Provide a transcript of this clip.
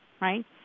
right